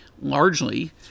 largely